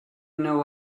know